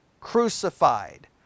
crucified